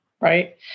right